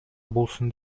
болсун